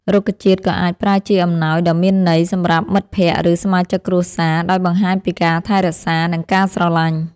រុក្ខជាតិក៏អាចប្រើជាអំណោយដ៏មានន័យ សម្រាប់មិត្តភក្តិ ឬសមាជិកគ្រួសារ ដោយបង្ហាញពីការថែរក្សា និងការស្រឡាញ់។